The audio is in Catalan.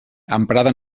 emprada